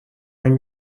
این